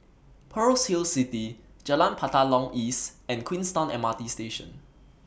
Pearl's sale City Jalan Batalong East and Queenstown M R T Station